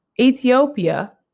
Ethiopia